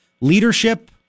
leadership